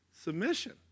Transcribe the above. Submission